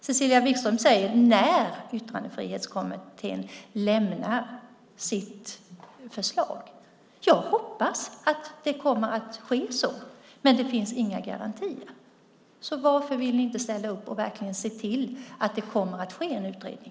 Cecilia Wigström säger "när Yttrandefrihetskommittén lämnar sitt förslag". Jag hoppas att det kommer att bli så, men det finns inga garantier. Varför vill ni inte ställa upp och se till att det kommer att ske en utredning?